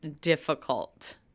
difficult